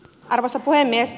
arvoisa puhemies